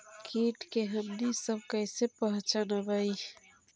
किट के हमनी सब कईसे पहचनबई?